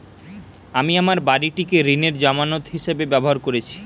আমি আমার বাড়িটিকে ঋণের জামানত হিসাবে ব্যবহার করেছি